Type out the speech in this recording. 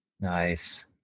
Nice